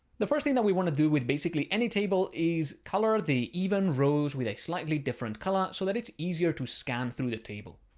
the first thing that we want to do with basically any table is color the even rows with a slightly different color, so that it's easier to scan through the table.